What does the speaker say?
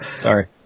Sorry